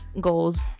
goals